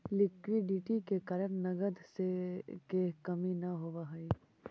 liquidity के कारण नगद के कमी न होवऽ हई